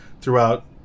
throughout